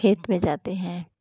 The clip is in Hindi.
खेत में जाते हैं